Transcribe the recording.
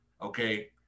Okay